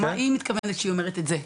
מה היא מתכוונת שהיא אומרת את 'זה',